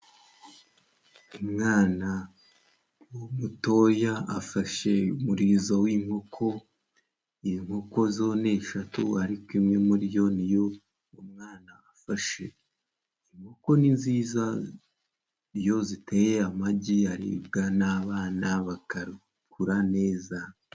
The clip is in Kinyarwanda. Umwana m'umutoya afashe umurizo w'inkoko, inkoko zo ni eshatu ariko imwe muri yo niyo umwana afashe. Inkoko ni nziza iyo ziteye amagi aribwa n'abana bakakura neza.